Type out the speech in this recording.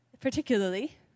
particularly